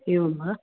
एवं वा